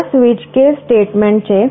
ત્યાં switch case statement છે